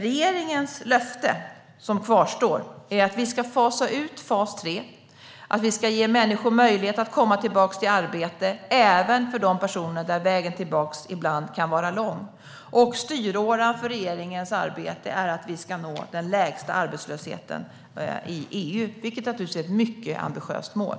Regeringens löfte, som kvarstår, är att vi ska fasa ut fas 3 och att vi ska ge människor möjlighet att komma tillbaka i arbete, också de personer för vilka vägen tillbaka kan vara lång. Styråran för regeringens arbete är att vi ska nå den lägsta arbetslösheten i EU, vilket naturligtvis är ett mycket ambitiöst mål.